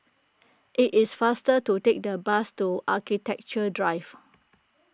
it is faster to take the bus to Architecture Drive